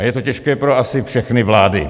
A je to těžké pro asi všechny vlády.